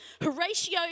Horatio